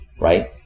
right